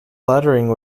lettering